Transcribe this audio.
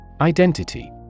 Identity